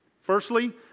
Firstly